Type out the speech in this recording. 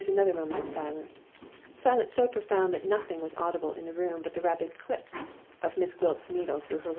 there was another moment of silence silence so profound that nothing was audible in the room but the rapid click of miss gwilt's needle through her work.